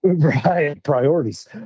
Priorities